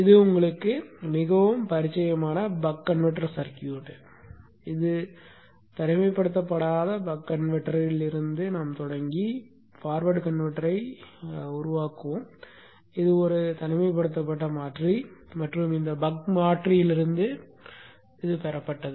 இது உங்களுக்கு மிகவும் பரிச்சயமான பக் கன்வெர்ட்டர் சர்க்யூட் ஆகும் நாம் இந்த தனிமைப்படுத்தப்படாத பக் கன்வெர்ட்டரில் இருந்து தொடங்கி ஃபார்வர்ட் கன்வெர்ட்டரை உருவாக்குவோம் இது ஒரு தனிமைப்படுத்தப்பட்ட மாற்றி மற்றும் இந்த பக் மாற்றியிலிருந்து பெறப்பட்டது